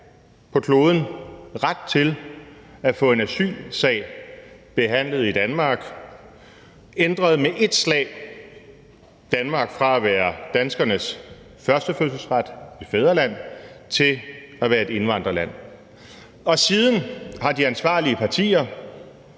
på kloden ret til at få en asylsag behandlet i Danmark, ændrede med et slag Danmark fra at være danskernes førstefødselsret, et fædreland, til at være et indvandrerland. Og siden har de ansvarlige partier